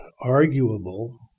arguable